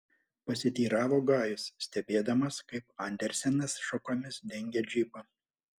pasiteiravo gajus stebėdamas kaip andersenas šakomis dengia džipą